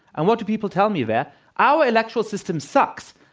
and what do people tell me? that our electoral system sucks.